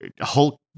Hulk